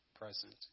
present